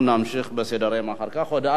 התשע"ב 2012, עברה